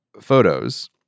photos